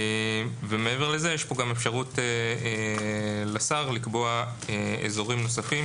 מעבר לה יש כאן גם אפשרות לשר לקבוע אזורים נוספים